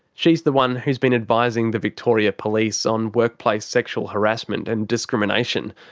she's the one who's been advising the victoria police on workplace sexual harassment and discrimination.